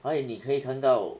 所以你可以看到